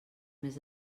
més